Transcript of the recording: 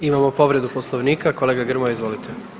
Imamo povredu Poslovnika, kolega Grmoja izvolite.